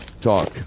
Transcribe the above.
talk